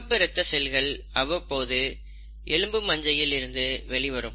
சிவப்பு இரத்த செல்கள் அவ்வப்போது எலும்பு மஜ்ஜையில் இருந்து வெளிவரும்